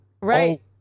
Right